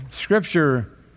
Scripture